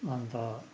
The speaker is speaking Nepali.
अन्त